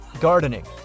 Gardening